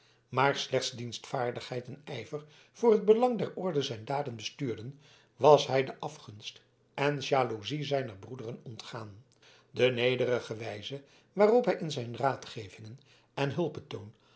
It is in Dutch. maar slechts dienstvaardigheid en ijver voor het belang der orde zijn daden bestuurden was hij de afgunst en jaloezie zijner broederen ontgaan de nederige wijze waarop hij in zijn raadgevingen en